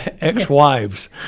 ex-wives